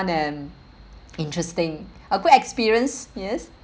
an interesting a good experience yes